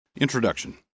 Introduction